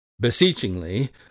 Beseechingly